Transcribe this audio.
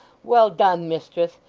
well done, mistress!